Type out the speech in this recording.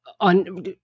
on